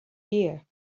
year